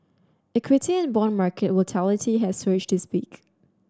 equity and bond market volatility has surged this week